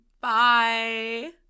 Bye